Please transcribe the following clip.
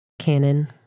canon